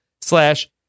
slash